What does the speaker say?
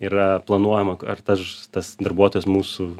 yra planuojama ar tas tas darbuotojas mūsų